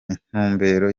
intumbero